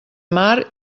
mar